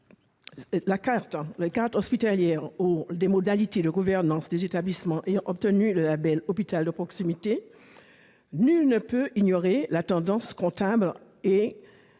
la carte hospitalière ou des modalités de gouvernance des établissements ayant obtenu le label « hôpital de proximité ». Nul ne peut ignorer la tendance comptable et